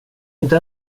inte